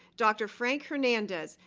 dr. frank hernandez,